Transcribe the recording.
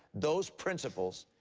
those principles,